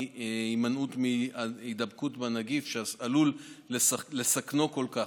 ההימנעות מהידבקות בנגיף שעלול לסכנו כל כך.